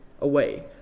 away